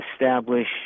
establish